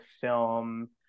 film